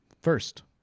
First